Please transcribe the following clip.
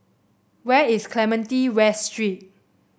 where is Clementi West Street